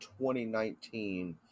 2019